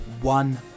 one